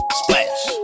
splash